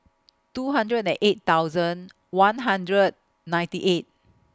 two hundred and eight thousand one hundred ninety eight